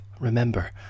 remember